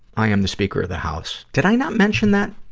i am the speaker of the house. did i not mention that?